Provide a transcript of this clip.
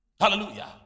Hallelujah